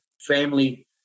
family